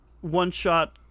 one-shot